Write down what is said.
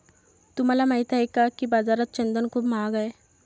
तुम्हाला माहित आहे का की बाजारात चंदन खूप महाग आहे?